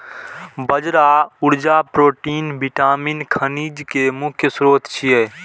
बाजरा ऊर्जा, protein, vitamin, खनिज के मुख्य स्रोत छियै